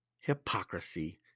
hypocrisy